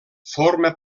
forma